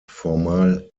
formal